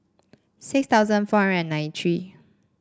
six thousand four hundred and ninety three